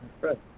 right